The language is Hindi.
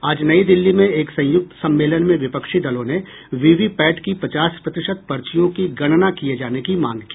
आज नई दिल्ली में एक संयुक्त सम्मेलन में विपक्षी दलों ने वीवीपैट की पचास प्रतिशत पर्चियों की गणना किए जाने की मांग की